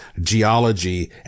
geology